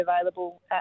available